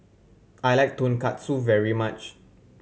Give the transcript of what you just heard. I like Tonkatsu very much